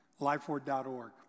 lifeword.org